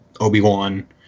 Obi-Wan